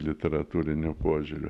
literatūriniu požiūriu